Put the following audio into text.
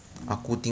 mm